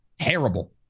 terrible